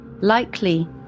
likely